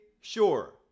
sure